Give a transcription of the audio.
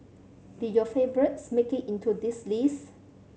did your favourites make it into this list